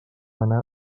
anar